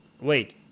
Wait